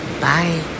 Bye